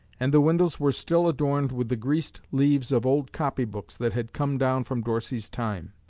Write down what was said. and the windows were still adorned with the greased leaves of old copybooks that had come down from dorsey's time.